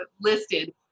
listed